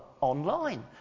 online